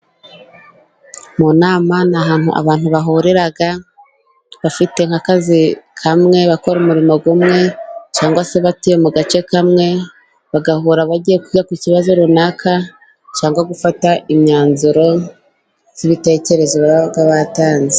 Mu nama ni ahantu abantu bahurira bafite nk'akazi kamwe bakora umurimo umwe, cyangwa se batuye mu gace kamwe. Bagahura bagiye kwiga ku kibazo runaka, cyangwa gufata imyanzuro y'ibitekerezo baba batanze.